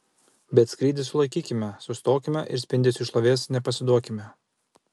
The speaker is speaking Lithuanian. bet skrydį sulaikykime sustokime ir spindesiui šlovės nepasiduokime